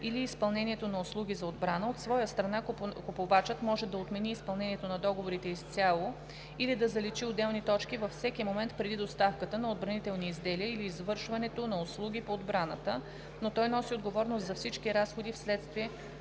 или изпълнението на услуги за отбрана; от своя страна, купувачът може да отмени изпълнението на договорите изцяло или да заличи отделни точки във всеки момент преди доставката на отбранителни изделия или извършването на услуги по отбраната, но той носи отговорност за всички разходи вследствие